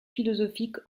philosophique